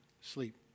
sleep